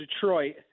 Detroit